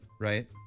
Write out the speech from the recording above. right